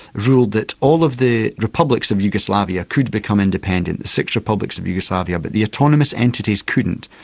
ruled that all of the republics of yugoslavia could become independent, the six republics of yugoslavia, but the autonomous entities couldn't.